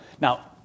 Now